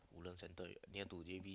Woodland-Centre near to J_B